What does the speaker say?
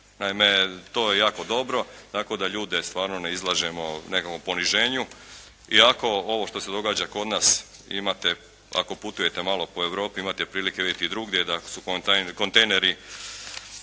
Naime, to je jako dobro tako da ljude stvarno ne izlažemo nekakvom poniženju iako ovo što se događa kod nas imate ako putujete malo po Europi imate prilike vidjeti i drugdje da su kontejneri